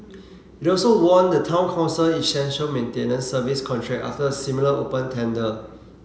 it also won the Town Council essential maintenance service contract after a similar open tender